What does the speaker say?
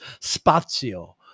Spazio